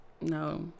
No